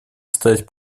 стать